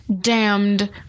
damned